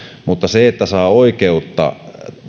mutta siihen että saa oikeutta